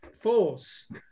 force